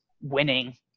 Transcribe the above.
winning